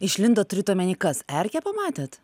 išlindo turit omeny kas erkę pamatėt